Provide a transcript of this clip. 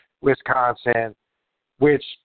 Wisconsin—which